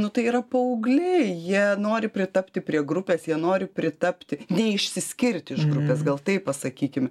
nu tai yra paaugliai jie nori pritapti prie grupės jie nori pritapti neišsiskirti iš grupės gal taip pasakykime